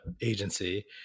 agency